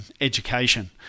education